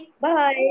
Bye